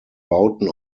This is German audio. bauten